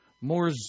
more